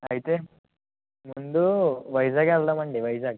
అయితే ముందు వైజాగ్ వెళదామండీ వైజాగ్